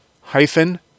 hyphen